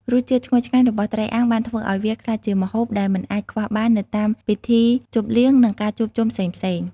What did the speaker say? រសជាតិឈ្ងុយឆ្ងាញ់របស់ត្រីអាំងបានធ្វើឲ្យវាក្លាយជាម្ហូបដែលមិនអាចខ្វះបាននៅតាមពិធីជប់លៀង និងការជួបជុំផ្សេងៗ។